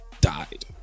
died